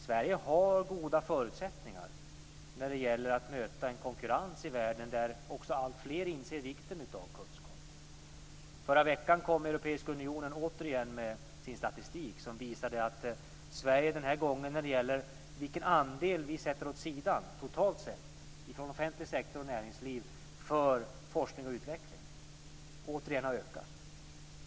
Sverige har goda förutsättningar när det gäller att möta en konkurrens i världen där också alltfler inser vikten av kunskap. I förra veckan kom Europeiska unionen återigen med sin statistik, som visade att den andel vi sätter åt sidan totalt sett från offentlig sektor och näringsliv för forskning och utveckling återigen har ökat.